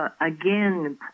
again